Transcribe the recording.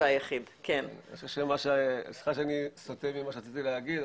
דברים, שאני לקחתי בעצמי.